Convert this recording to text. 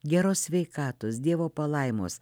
geros sveikatos dievo palaimos